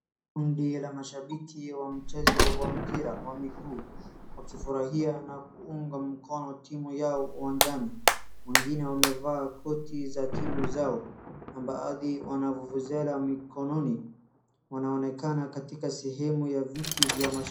Kundi la mashabiki wa mchezo wa mpira wa miguu wakifurahia na kuunga mkono timu yao uwajani. Wengine amevaa koti za timu zao na baadhi wana vuvuzela mikononi ,wanaonekana katika sehemu ya viti vya mashabiki.